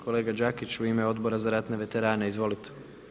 Kolega Đakić u ime Odbora za ratne veterane, izvolite.